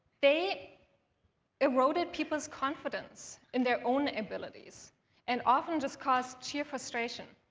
they eroded people's confidence in their own abilities and often just caused sheer frustration.